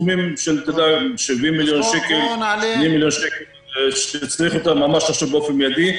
סכומים כמו 2 מיליון שקל שצריך אותם ממש עכשיו באופן מידי.